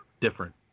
different